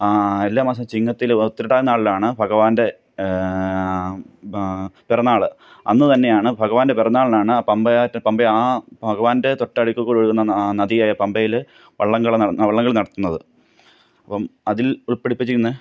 എല്ലാ മാസം ചിങ്ങത്തിൽ ഉത്രട്ടാതി നാളിലാണ് ഭഗവാന്റെ പിറന്നാൾ അന്ന് തന്നെയാണ് ഭഗവാന്റെ പിറന്നാളിനാണ് പമ്പയാറ്റ് പമ്പ ആ ഭഗവാന്റെ തൊട്ടടുക്കൽക്കൂടെ ഒഴുകുന്ന ആ നദിയായ പമ്പയിൽ വള്ളംകളി വള്ളംകളി നടത്തുന്നത് അപ്പം അതില് ഉള്പ്പെടുപ്പിച്ചിരിക്കുന്ന